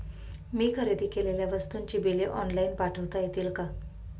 मी खरेदी केलेल्या वस्तूंची बिले ऑनलाइन पाठवता येतील का?